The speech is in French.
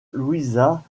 louisa